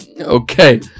Okay